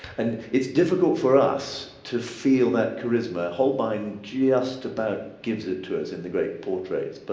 and it's difficult for us to feel that charisma. holbein just about gives it to us in the great portraits. but